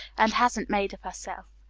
and hasn't made of herself.